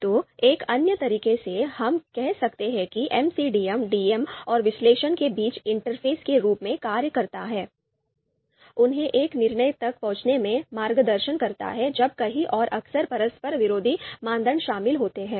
तो एक अन्य तरीके से हम कह सकते हैं कि एमसीडीएम डीएम और विश्लेषक के बीच इंटरफेस के रूप में कार्य करता है उन्हें एक निर्णय तक पहुंचने में मार्गदर्शन करता है जब कई और अक्सर परस्पर विरोधी मानदंड शामिल होते हैं